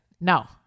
No